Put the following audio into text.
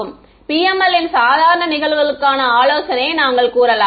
மாணவர் PML ன் சாதாரண நிகழ்வுகளுக்கான ஆலோசனையை நாங்கள் கூறலாம்